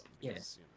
Yes